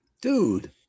Dude